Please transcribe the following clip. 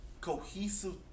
cohesive